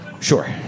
Sure